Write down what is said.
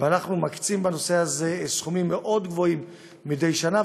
ואנחנו מקצים בנושא הזה סכומים מאוד גבוהים מדי שנה,